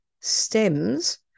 stems